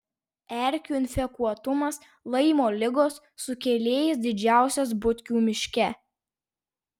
erkių infekuotumas laimo ligos sukėlėjais didžiausias butkių miške